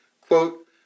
Quote